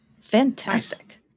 Fantastic